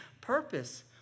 purpose